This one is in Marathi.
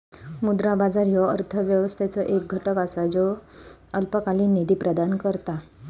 मुद्रा बाजार ह्यो अर्थव्यवस्थेचो एक घटक असा ज्यो अल्पकालीन निधी प्रदान करता